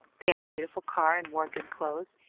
they had a beautiful car and wore good clothes,